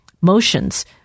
motions